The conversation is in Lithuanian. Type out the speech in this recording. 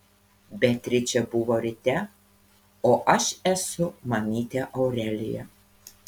beatričė buvo ryte o aš esu mamytė aurelija